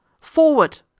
forward